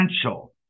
essential